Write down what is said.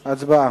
הצבעה.